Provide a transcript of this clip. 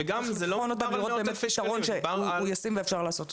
צריך לבחון אותה ולראות באמת פתרון שהוא ישים ואפשר לעשות אותו.